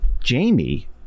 jamie